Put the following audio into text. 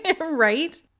right